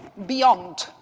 beyond,